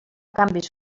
canvis